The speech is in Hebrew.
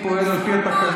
אני פועל על פי התקנון.